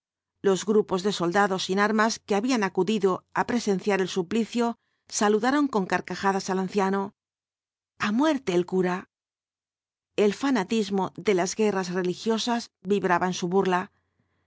los grupos de soldados sin armas que habían acudido á presenciar el suplicio saludaron con carcajadas al anciano a muerte el cura el fanatismo de las guerras religiosas vibraba en su burla